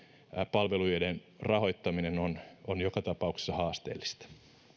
palveluiden rahoittaminen on on joka tapauksessa haasteellista